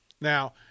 Now